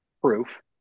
proof